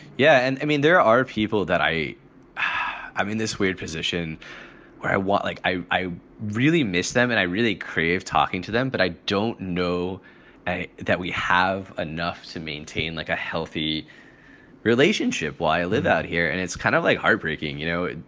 yeah. and i mean, there are people that i i mean, this weird position where i want like, i i really miss them and i really crave talking to them. but i don't know that we have enough to maintain like a healthy relationship. why live out here? and it's kind of like heartbreaking, you know,